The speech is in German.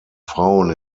frauen